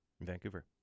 Vancouver